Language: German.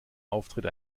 auftritt